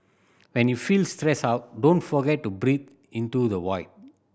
when you are feeling stressed out don't forget to breathe into the void